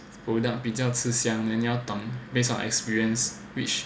product 比较吃香 then 要懂 based on experience which